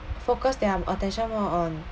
focus their attention more on